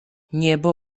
niebo